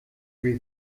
three